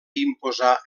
imposar